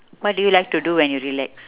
what do you like to do when you relax